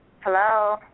Hello